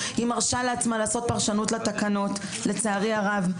היא מרשה לעצמה לעשות פרשנות לתקנות לצערי הרב.